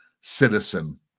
citizen